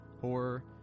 horror